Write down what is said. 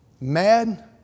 mad